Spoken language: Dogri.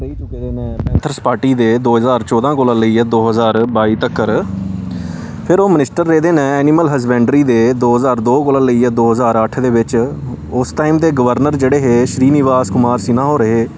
प्रैजीडेंट रेही चुके दे पथर्स पार्टी दे दो ज्हार चौदां कोला लेइयै दो ज्हार बाई तक्कर फिर ओह् मिनिस्टर रेह्दे न ऐनिमल हसबैंडरी दे दो ज्हार दो कोला लेइयै दो ज्हार अट्ठ दे बिच उस टाइम दे गवर्नर जेह्ड़े हे श्री निवास कुमार सिन्हा होर हे